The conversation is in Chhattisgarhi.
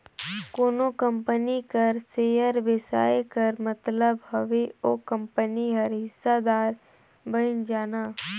कोनो कंपनी कर सेयर बेसाए कर मतलब हवे ओ कंपनी कर हिस्सादार बइन जाना